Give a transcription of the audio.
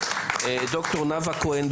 ד"ר נאוה כהן,